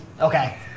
Okay